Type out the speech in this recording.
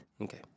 Okay